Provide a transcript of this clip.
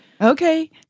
Okay